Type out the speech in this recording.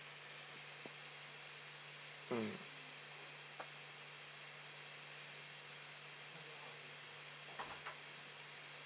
mm